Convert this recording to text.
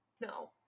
No